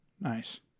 Nice